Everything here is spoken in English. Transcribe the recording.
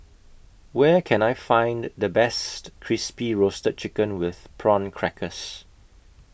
Where Can I Find The Best Crispy Roasted Chicken with Prawn Crackers